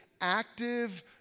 active